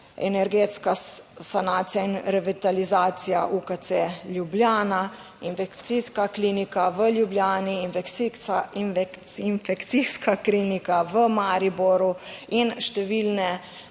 energetska sanacija in revitalizacija UKC Ljubljana, infekcijska klinika v Ljubljani, infekcijska klinika v Mariboru in številne